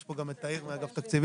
יש פה גם את תאיר מאגף תקציבים.